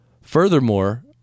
Furthermore